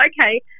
okay